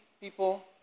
people